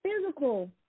physical